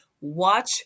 Watch